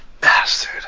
Bastard